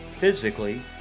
physically